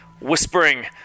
whispering